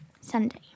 Sunday